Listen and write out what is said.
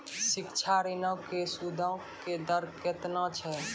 शिक्षा ऋणो के सूदो के दर केतना छै?